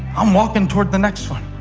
i'm walking toward the next one.